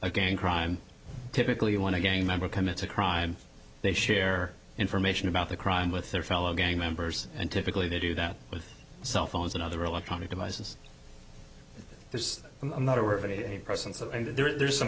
a gang crime typically want to gang member commit a crime they share information about the crime with their fellow gang members and typically they do that with cell phones and other electronic devices there's i'm not aware of a